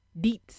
deets